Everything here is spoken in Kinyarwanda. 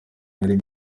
nari